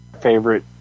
favorite